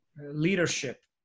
leadership